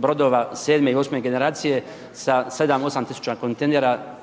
brodova 7. i 8. generacije sa 7, 8 tisuća kontejnera